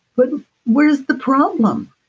but where's the problem?